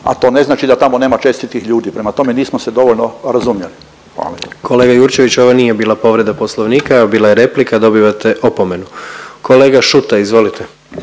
a to ne znači da tamo nema čestitih ljudi. Prema tome, nismo se dovoljno razumjeli. Hvala. **Jandroković, Gordan (HDZ)** Kolega Jurčević ovo nije bila povreda Poslovnika, bila je replika dobivate opomenu. Kolega Šuta, izvolite.